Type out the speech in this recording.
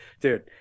dude